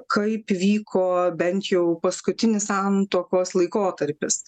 kaip vyko bent jau paskutinis santuokos laikotarpis